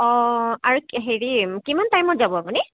অ আৰু হেৰি কিমান টাইমত যাব আপুনি